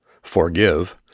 forgive